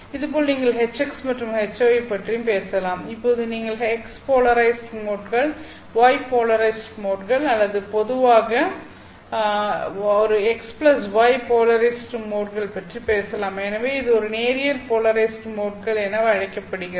இதேபோல் நீங்கள் Hx மற்றும் Hy பற்றி பேசலாம் இப்போது நீங்கள் x போலரைஸ்ட் மோட்கள் y போலரைஸ்ட் மோட்கள் அல்லது பொதுவாக ஒரு xy போலரைஸ்ட் மோட்கள் பற்றி பேசலாம் எனவே இது ஒரு நேரியல் போலரைஸ்ட் மோட்கள் என அழைக்கப்படுகிறது